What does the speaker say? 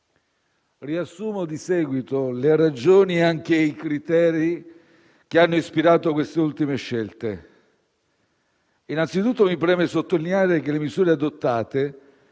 Riassumo di seguito le ragioni e anche i criteri che hanno ispirato queste ultime scelte. Innanzitutto, mi preme sottolineare che le misure adottate